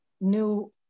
new